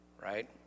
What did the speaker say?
right